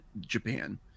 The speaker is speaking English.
Japan